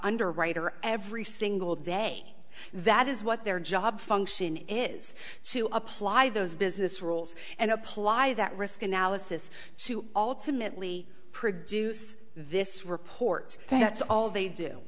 underwriter every single day that is what their job function is to apply those business rules and apply that risk analysis to alternately produce this report that's all they do